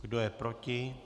Kdo je proti?